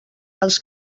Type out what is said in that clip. els